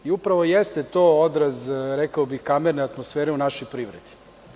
I upravo jeste to odraz, rekao bih kamerne atmosfere u našoj privredi.